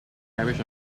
parish